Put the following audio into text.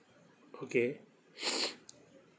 okay